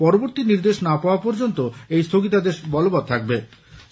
পরবর্তী নির্দেশ না পাওয়া পর্যন্ত এই স্থগিতদেশ বলবৎ থাকবে